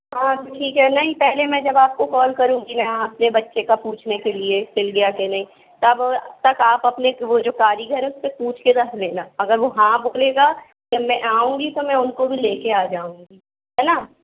हाँ ठीक है नहीं पहले मैं जब आपको कॉल करूँगी ना अपने बच्चे का पूछने के लिए सिल गया के नहीं तब तक आप अपने वो जो कारीगर है पूछ के रख लेना अगर वो हाँ बोलेगा जब मैं आऊँगी तो मैं उनको भी लेके आ जाऊँगी है ना